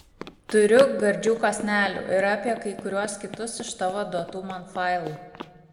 turiu gardžių kąsnelių ir apie kai kuriuos kitus iš tavo duotų man failų